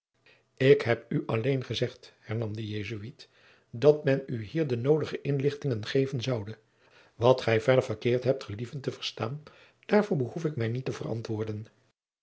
ik heb u alleen gezegd hernam de jesuit dat men u hier de noodige inlichtingen geven zoude wat gij verder verkeerd hebt gelieven te verstaan daarvoor behoef ik mij niet te verantwoorden